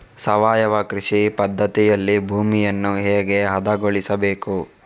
ಸಾವಯವ ಕೃಷಿ ಪದ್ಧತಿಯಲ್ಲಿ ಭೂಮಿಯನ್ನು ಹೇಗೆ ಹದಗೊಳಿಸಬೇಕು?